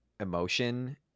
emotion